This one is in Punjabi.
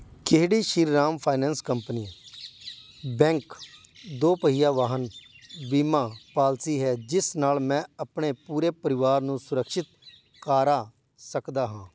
ਕਿਹੜੀ ਸ਼੍ਰੀਰਾਮ ਫਾਇਨਾਂਸ ਕੰਪਨੀ ਬੈਂਕ ਦੋਪਹੀਆ ਵਾਹਨ ਬੀਮਾ ਪਾਲਿਸੀ ਹੈ ਜਿਸ ਨਾਲ ਮੈਂ ਆਪਣੇ ਪੂਰੇ ਪਰਿਵਾਰ ਨੂੰ ਸੁਰਿਕਸ਼ਿਤ ਕਰਵਾ ਸਕਦਾ ਹਾਂ